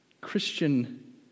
Christian